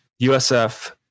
USF